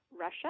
Russia